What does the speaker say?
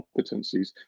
competencies